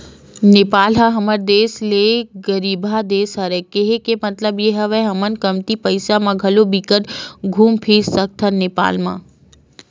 नेपाल ह हमर देस ले गरीबहा देस हरे, केहे के मललब ये हवय हमन कमती पइसा म घलो बिकट घुम फिर सकथन नेपाल म